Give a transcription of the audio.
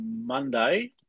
Monday